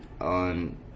on